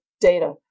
data